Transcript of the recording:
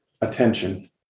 attention